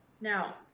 Now